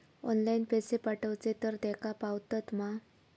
Online पैसे पाठवचे तर तेका पावतत मा?